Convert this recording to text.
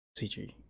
CG